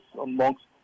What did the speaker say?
amongst